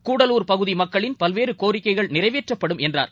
கூடலூர் பகுதிமக்களின் பல்வேறுகோரிக்கைகள் நிறைவேற்றப்படும் என்றார்